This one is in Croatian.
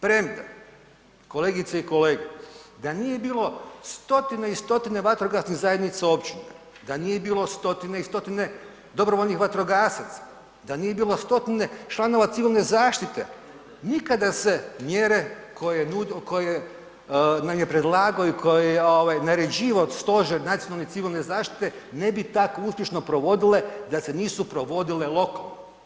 Premda, kolegice i kolege da nije bilo 100-tine i 100-tine vatrogasnih zajednica općine, da nije bilo 100-tine i 100-tine dobrovoljnih vatrogasaca, da nije bilo 100-tine članova civilne zaštite nikada se mjere koje nam je predlagao i koje je ovaj naređivao stožer Nacionalne civilne zaštite ne bi tako uspješno provodile da se nisu provodile lokalno.